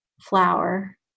flower